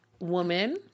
woman